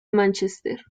manchester